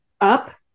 up